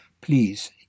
please